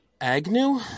Agnew